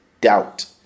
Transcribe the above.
doubt